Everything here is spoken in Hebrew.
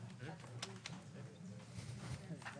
מוזמנים יקרים,